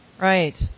Right